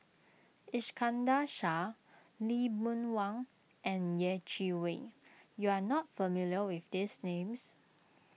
Iskandar Shah Lee Boon Wang and Yeh Chi Wei you are not familiar with these names